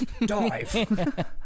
Dive